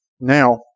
Now